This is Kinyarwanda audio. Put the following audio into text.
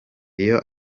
iyo